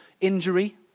injury